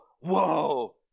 Whoa